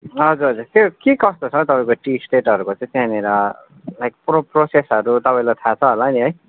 हजुर हजुर त्यो के कस्तो छ तपाईँको टी स्टेटहरूको चाहिँ त्यहाँनिर लाइक प्रो प्रोसेसहरू तपाईँलाई थाहा छ होला नि है